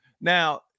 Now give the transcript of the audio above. Now